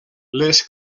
les